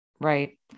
Right